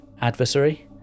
adversary